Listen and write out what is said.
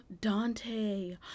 Dante